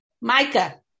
micah